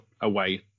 away